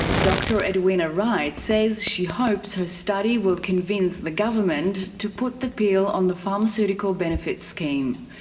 dr edwina wright says she hopes her study will convince the government to put the pill on the pharmaceutical benefit's scheme.